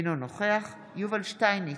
אינו נוכח יובל שטייניץ,